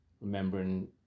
remembering